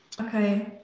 Okay